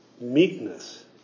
meekness